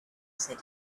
said